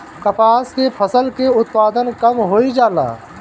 कपास के फसल के उत्पादन कम होइ जाला?